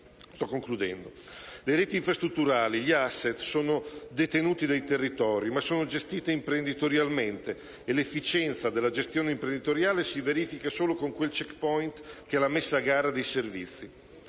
un territorio. Le reti infrastrutturali e gli *asset* sono detenuti dai territori, ma sono gestiti imprenditorialmente e l'efficienza della gestione imprenditoriale si verifica solo con quel *check point* che è la messa a gara dei servizi.